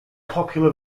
popular